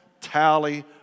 tally